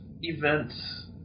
events